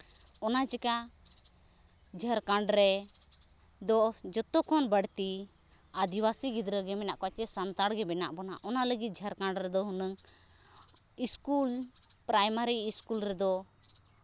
ᱚᱱᱟ ᱪᱮᱠᱟ ᱡᱷᱟᱲᱠᱷᱚᱸᱰ ᱨᱮᱫᱚ ᱡᱚᱛᱚ ᱠᱷᱚᱱ ᱵᱟᱹᱲᱛᱤ ᱟᱹᱫᱤᱵᱟᱹᱥᱤ ᱜᱤᱫᱽᱨᱟᱹ ᱜᱮ ᱢᱮᱱᱟᱜ ᱠᱚᱣᱟ ᱪᱮ ᱥᱟᱱᱛᱟᱲ ᱜᱮ ᱢᱮᱱᱟᱜ ᱵᱚᱱᱟ ᱚᱱᱟᱹ ᱞᱟᱹᱜᱤᱫ ᱡᱷᱟᱲᱠᱷᱚᱸᱰ ᱨᱮᱫᱚ ᱦᱩᱱᱟᱹᱝ ᱥᱠᱩᱞ ᱯᱨᱟᱭᱢᱟᱹᱨᱤ ᱥᱠᱩᱞ ᱨᱮᱫᱚ